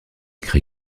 créé